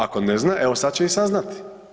Ako ne zna, evo sad će i saznati.